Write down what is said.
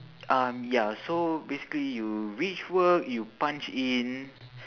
um ya so basically you reach work you punch in